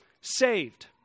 saved